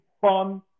fun